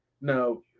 no